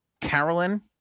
Carolyn